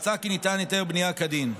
מצאה כי ניתן היתר בנייה כדין.